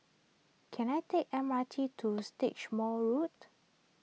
can I take M R T to Stagmont Road